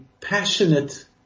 passionate